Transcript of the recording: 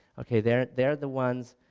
okay they're they're the ones,